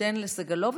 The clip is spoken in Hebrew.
סגלוביץ'.